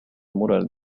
mural